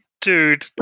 dude